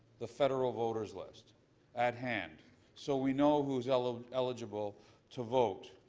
the federal voter's list at hand so we know who is eligible eligible to vote.